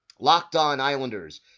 lockedonislanders